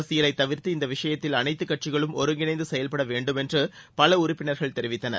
அரசியலை தவிர்த்து இந்த விஷயத்தில் அனைத்துக் கட்சிகளும் ஒருங்கிணைந்து செயல்பட வேண்டும் என்று பல உறுப்பினர்கள் தெரிவித்தனர்